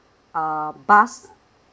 uh bus